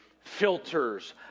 filters